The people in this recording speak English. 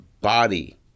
body